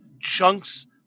chunks